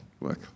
look